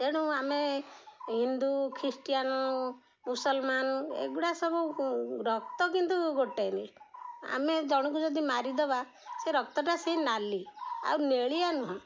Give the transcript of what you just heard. ତେଣୁ ଆମେ ହିନ୍ଦୁ ଖ୍ରୀଷ୍ଟିଆନ ମୁସଲମାନ ଏଗୁଡ଼ା ସବୁ ରକ୍ତ କିନ୍ତୁ ଗୋଟେ ମି ଆମେ ଜଣକୁ ଯଦି ମାରିଦବା ସେ ରକ୍ତଟା ସେ ନାଲି ଆଉ ନେଳିଆ ନୁହଁ